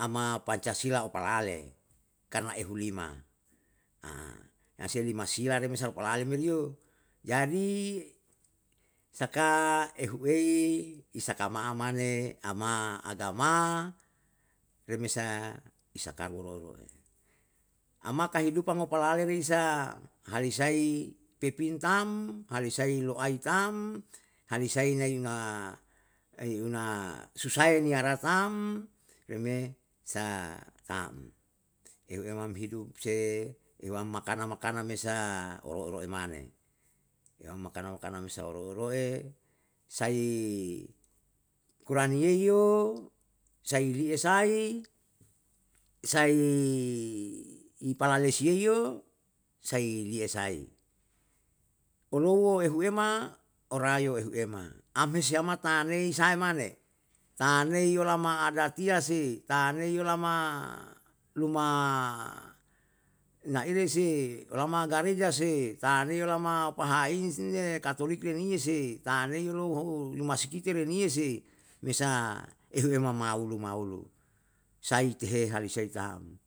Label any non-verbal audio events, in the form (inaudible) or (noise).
ama pancasila opalale, karna ehulima (hesitation) nase lima sila re mesa opalale me riyo jadi saka ehuie ni saka ma'a mane ama aagama, re mesa isakaru roeroe, ama kahiduppan opalale risa harisai pepin tam, hale isa lo'ai tam, hale isai nai una, ai una susae niara tam, reme sa tam. Eu ema me hidup se ewam makana makana me sa oroi roe mane, yam amakana makana mesa oroe roe, sai puraniyei yo, sai lia sai, sai ipalalesi yeiyo, sai lia sai, olowa rehuema orayo lehuema, amhe si ama tanei sai mane, tanei yo lama adatiya si tanei yolama luma naire se lama gareja si tanei yo lama pahain niye katolik le niye si tanei louhu lumasikite le niye si mesa ehuema maulu maulu, sai tehe hali sai tam